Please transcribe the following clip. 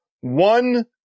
one